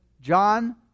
John